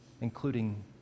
including